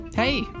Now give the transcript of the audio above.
Hey